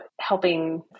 helping